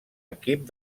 equip